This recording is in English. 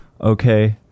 Okay